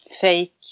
fake